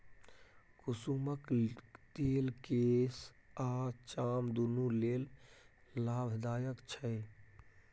कुसुमक तेल केस आ चाम दुनु लेल लाभदायक छै